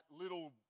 little